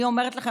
אני אומרת לכם,